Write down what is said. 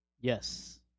Yes